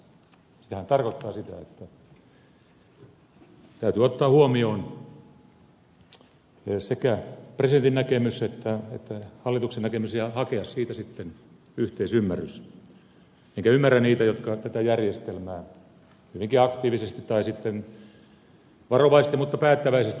sehän tarkoittaa sitä että täytyy ottaa huomioon sekä presidentin näkemys että hallituksen näkemys ja hakea siitä sitten yhteisymmärrys enkä ymmärrä niitä jotka tätä järjestelmää hyvinkin aktiivisesti tai sitten varovaisesti mutta päättäväisesti koettavat muuttaa